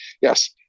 yes